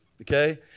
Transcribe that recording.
okay